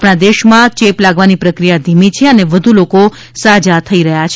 આપણા દેશમાં ચેપ લાગવાની પ્રક્રિયા ધીમી છે અને વધ્ લોકો સારા થઇ રહ્યા છે